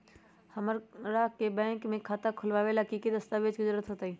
हमरा के बैंक में खाता खोलबाबे ला की की दस्तावेज के जरूरत होतई?